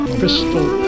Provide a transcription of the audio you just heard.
crystal